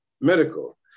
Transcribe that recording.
medical